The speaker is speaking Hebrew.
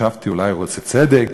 חשבתי אולי הוא רוצה צדק,